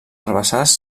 herbassars